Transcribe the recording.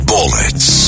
Bullets